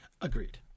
Agreed